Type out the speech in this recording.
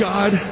God